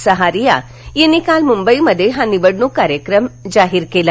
सहारिया यांनी काल मुंबईमध्ये हा निवडणूक कार्यक्रम जाहीर केला